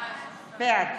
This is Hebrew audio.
בעד